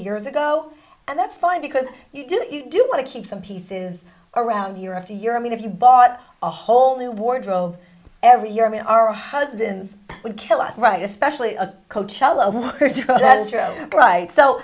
years ago and that's fine because you do you do want to keep some pieces around year after year i mean if you bought a whole new wardrobe every year i mean our husbands would kill us right especially a coachella that is your own right so